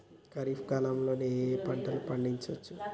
ఖరీఫ్ కాలంలో ఏ ఏ పంటలు పండించచ్చు?